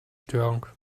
störung